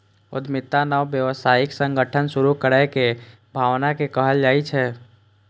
उद्यमिता नव व्यावसायिक संगठन शुरू करै के भावना कें कहल जाइ छै